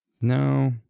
No